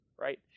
right